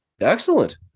Excellent